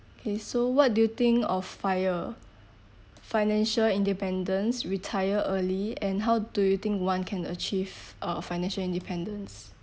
okay so what do you think of FIRE financial independence retire early and how do you think one can achieve uh financial independence